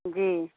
जी